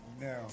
now